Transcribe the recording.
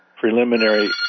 preliminary